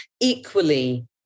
equally